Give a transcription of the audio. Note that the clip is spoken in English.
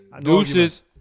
Deuces